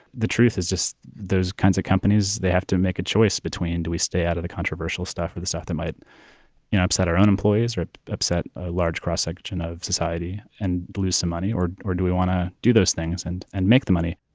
the truth is just those kinds of companies they have to make a choice between. do we stay out of the controversial stuff or the sort that might you know upset our own employees or upset a large cross section of society and blew some money? or or do we want to do those things and and make the money?